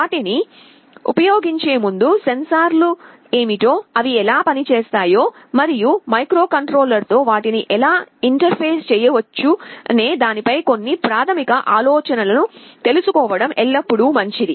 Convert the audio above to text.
వాటిని ఉపయోగించే ముందు సెన్సార్లు ఏమిటో అవి ఎలా పనిచేస్తాయో మరియు మైక్రోకంట్రోలర్తో వాటిని ఎలా ఇంటర్ఫేస్ చేయవచ్చనే దానిపై కొన్ని ప్రాథమిక ఆలోచనలను తెలుసుకోవడం ఎల్లప్పుడూ మంచిది